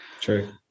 True